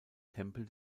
tempel